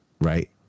right